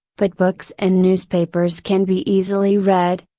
but books and newspapers can be easily read,